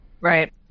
Right